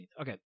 Okay